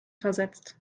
versetzt